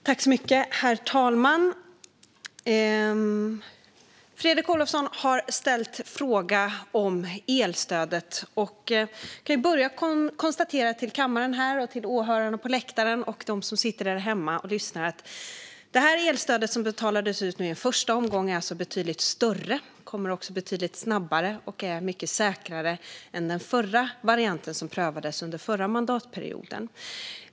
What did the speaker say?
Herr talman! Fredrik Olovsson ställer en fråga om elstödet. Jag kan börja med att konstatera för kammaren, åhörarna på läktaren och dem som sitter där hemma och lyssnar att det här elstödet som nu betalas ut i en första omgång alltså är betydligt större, kommer betydligt snabbare och är mycket säkrare än den variant som prövades under den förra mandatperioden.